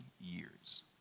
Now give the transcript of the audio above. years